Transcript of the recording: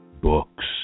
Books